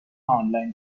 آنلاین